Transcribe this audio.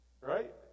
Right